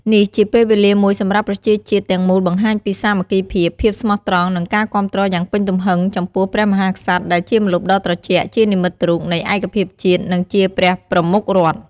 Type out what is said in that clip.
នេះជាពេលវេលាមួយសម្រាប់ប្រជាជាតិទាំងមូលបង្ហាញពី សាមគ្គីភាព ភាពស្មោះត្រង់ និងការគាំទ្រយ៉ាងពេញទំហឹងចំពោះ ព្រះមហាក្សត្រដែលជាម្លប់ដ៏ត្រជាក់ ជានិមិត្តរូបនៃឯកភាពជាតិ និងជាព្រះប្រមុខរដ្ឋ។។